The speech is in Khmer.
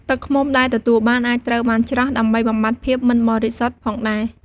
ទឹកឃ្មុំដែលទទួលបានអាចត្រូវបានច្រោះ ដើម្បីបំបាត់ភាពមិនបរិសុទ្ធផងដែរ។